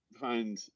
find